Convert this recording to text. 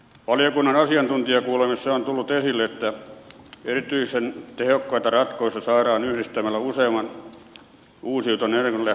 valiokunnan asiantuntijakuulemisessa on tullut esille että erityisen tehokkaita ratkaisuja saadaan yhdistämällä useamman uusiutuvan energianlähteen tuotto